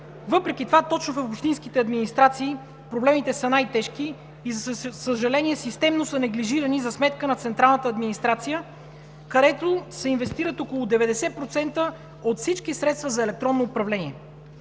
Въпреки това точно в общинските администрации проблемите са най-тежки и, за съжаление, системно са неглижирани за сметка на централната администрация, където се инвестират около 90% от всички средства за електронно управление.